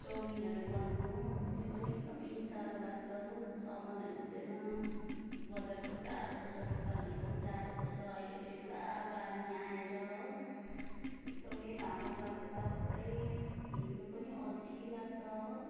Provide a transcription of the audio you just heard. चाउमिनहरू बनाउनु हो त्यो पनि एकदमै साह्रो लाग्छ हो सामानहरू हुँदैन बजार पनि टाढो पर्छ दोकानहरू पनि टाढो पर्छ अहिले फेरि पुरा पानी आएर हो एकदमै लामो बाटो छ पुरै हिँड्नु पनि अल्छी लाग्छ हो